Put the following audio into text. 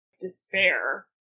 despair